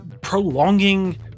prolonging